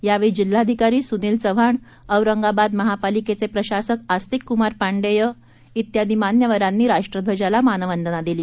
यावेळी जिल्हाधिकारी सुनील चव्हाण औरंगाबाद महापालिकेचे प्रशासक अस्तिककुमार पांडेय इत्यादी मान्यवरांनी राष्ट्रध्वजाला मानवंदना दिली